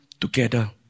together